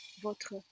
votre